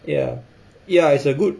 ya ya it's a good